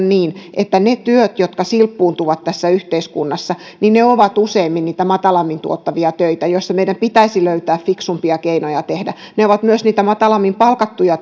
niin että ne työt jotka silppuuntuvat tässä yhteiskunnassa ovat useimmin niitä matalammin tuottavia töitä joissa meidän pitäisi löytää fiksumpia keinoja tehdä ne ovat myös niitä matalammin palkattuja